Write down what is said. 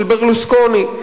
של ברלוסקוני.